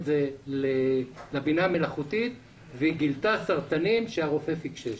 זה לבינה המלאכותית והיא גילתה סרטנים שהרופא החמיץ.